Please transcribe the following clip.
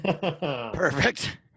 Perfect